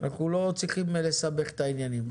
אנחנו לא צריכים לסבך את העניינים.